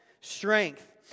Strength